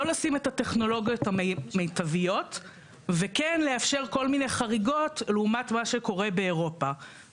דירקטיבות זה עקרונות שלפיהם המדינות החברות באירופה מתאימות את